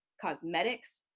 cosmetics